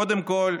קודם כול,